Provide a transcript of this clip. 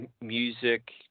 music